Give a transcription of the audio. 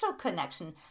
connection